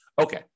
Okay